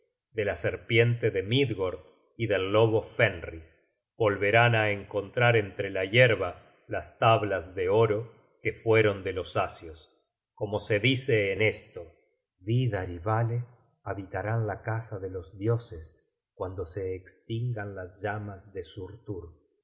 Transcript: de la serpiente de midgord y del lobo fenris volverán á encontrar entre la yerba las tablas de oro que fueron de los asios como se dice en esto content from google book search generated at vidarr y vale habitarán la casa de los dioses cuando se estingan las llamas de surtur